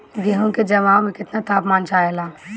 गेहू की जमाव में केतना तापमान चाहेला?